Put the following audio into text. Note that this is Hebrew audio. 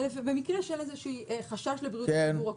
ובמקרים של איזשהו חשש אקוטי לבריאות הציבור.